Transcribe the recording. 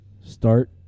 Start